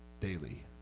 daily